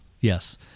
yes